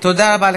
תודה רבה.